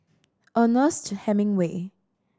Ernest Hemingway